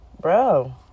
Bro